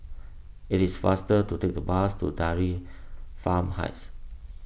it is faster to take the bus to Dairy Farm Heights